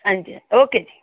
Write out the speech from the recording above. ਹਾਂਜੀ ਹਾਂ ਓਕੇ ਜੀ